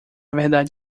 verdade